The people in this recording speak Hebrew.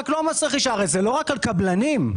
זה לא רק על קבלנים;